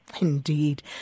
Indeed